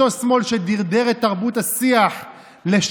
אותו שמאל שדרדר את תרבות השיח לשפל